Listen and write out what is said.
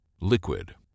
Liquid